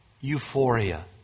euphoria